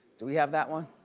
do we have that one?